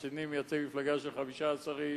השני מייצג מפלגה של 15 איש.